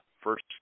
first